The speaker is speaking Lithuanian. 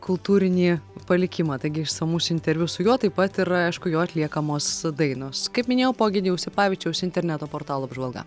kultūrinį palikimą taigi išsamus interviu su juo taip pat ir aišku jo atliekamos dainos kaip minėjau po egidijaus sipavičiaus interneto portalų apžvalga